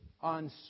on